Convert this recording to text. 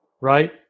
right